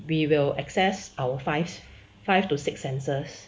we will assess our five five to six senses